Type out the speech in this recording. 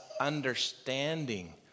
understanding